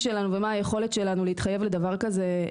שלנו ומה היכולת שלנו להתחייב לדבר כזה.